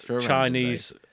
Chinese